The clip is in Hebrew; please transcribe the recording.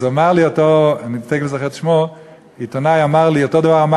אז אמר לי אותו עיתונאי: אותו דבר אמר